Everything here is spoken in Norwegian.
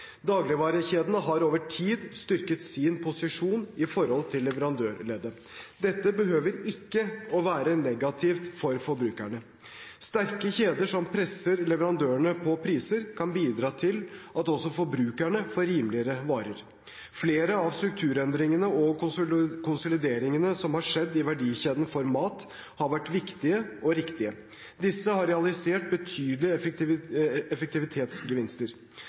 Dagligvarekjedene har over tid styrket sin posisjon i forhold til leverandørleddet. Dette behøver ikke å være negativt for forbrukerne. Sterke kjeder som presser leverandørene på priser, kan bidra til at forbrukerne får rimelige varer. Flere av strukturendringene og konsolideringene som har skjedd i verdikjeden for mat, har vært viktige og riktige. Disse har realisert betydelige effektivitetsgevinster. For at effektivitetsgevinster